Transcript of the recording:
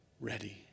Ready